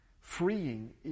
freeing